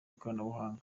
ikoranabuhanga